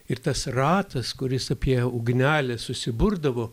ir tas ratas kuris apie ugnelę susiburdavo